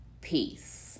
peace